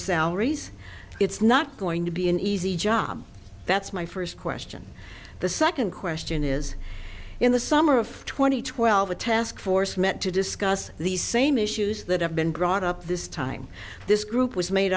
salaries it's not going to be an easy job that's my first question the second question is in the summer of two thousand and twelve a task force met to discuss these same issues that have been brought up this time this group was made